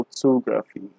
photography